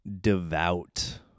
devout